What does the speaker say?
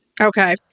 Okay